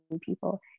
people